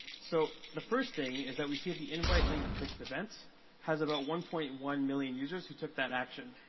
so the first thing is that we see the invite link clicked events has about one point one million users who took that action.